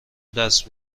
دست